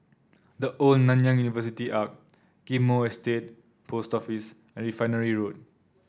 The Old Nanyang University Arch Ghim Moh Estate Post Office and Refinery Road